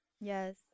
Yes